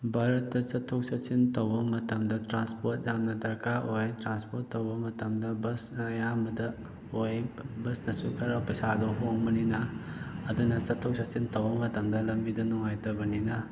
ꯚꯥꯔꯠꯇ ꯆꯠꯊꯣꯛ ꯆꯠꯁꯤꯟ ꯇꯧꯕ ꯃꯇꯝꯗ ꯇ꯭ꯔꯥꯟꯁꯄꯣꯠ ꯌꯥꯝꯅ ꯗꯔꯀꯥꯔ ꯑꯣꯏ ꯇ꯭ꯔꯥꯟꯁꯄꯣꯠ ꯇꯧꯕ ꯃꯇꯝꯗ ꯕꯁꯅ ꯑꯌꯥꯝꯕꯗ ꯑꯣꯏ ꯕꯁꯅꯁꯨ ꯈꯔ ꯄꯩꯁꯥꯗꯣ ꯍꯣꯡꯕꯅꯤꯅ ꯑꯗꯨꯅ ꯆꯠꯊꯣꯛ ꯆꯠꯁꯤꯟ ꯇꯧꯕ ꯃꯇꯝꯗ ꯂꯝꯕꯤꯗꯣ ꯅꯨꯡꯉꯥꯏꯇꯕꯅꯤꯅ